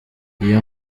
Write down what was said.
iyo